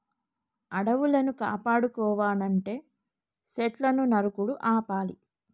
అడవులను కాపాడుకోవనంటే సెట్లును నరుకుడు ఆపాలి